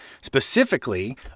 specifically